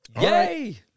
Yay